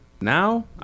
now